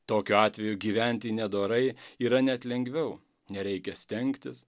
tokiu atveju gyventi nedorai yra net lengviau nereikia stengtis